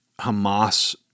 Hamas